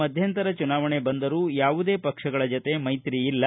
ಮಧ್ಯಂತರ ಚುನಾವಣೆ ಬಂದರೂ ಯಾವುದೇ ಪಕ್ಷಗಳ ಜತೆ ಮೈತ್ರಿ ಇಲ್ಲ